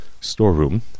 storeroom